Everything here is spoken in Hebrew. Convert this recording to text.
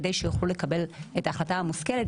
כדי שיוכלו לקבל את ההחלטה המושכלת,